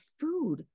food